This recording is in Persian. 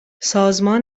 سازمان